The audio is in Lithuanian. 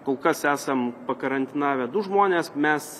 kol kas esam pakarantinavę du žmones mes